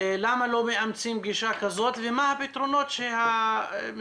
למה לא מאמצים גישה כזאת ומה הפתרונות שמשרד